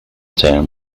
term